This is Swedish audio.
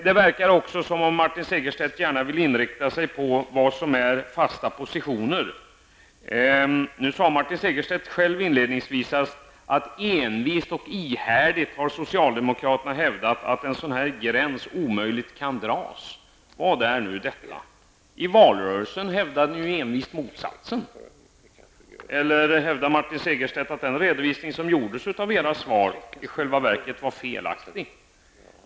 Det verkar också som om Martin Segerstedt gärna vill inrikta sig på vad som är fasta positioner. Nu sade Martin Segerstedt själv inledningsvis att envist och ihärdigt har socialdemokraterna hävdat att en sådan här gräns omöjligt kan dras. Vad är nu detta? I valrörelsen hävdade ni ju ihärdigt och envist motsatsen. Eller menar Martin Segerstedt att den redovisning som gjordes av era svar i själva verket var felaktig?